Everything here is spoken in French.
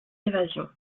évasion